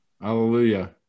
Hallelujah